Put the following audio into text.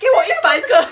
给我一百个